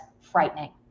frightening